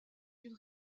une